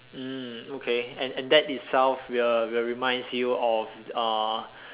mm okay and and that itself will will reminds you of uh